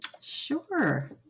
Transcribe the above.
Sure